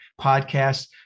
Podcasts